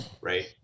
right